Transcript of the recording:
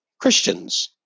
Christians